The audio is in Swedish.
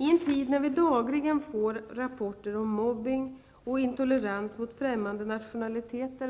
I en tid när vi dagligen får rapporter om mobbning och om intolerans mot främmande nationaliteter